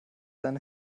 seine